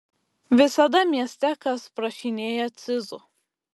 visada mieste kas prašinėja cizų